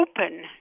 open